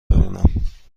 بمونم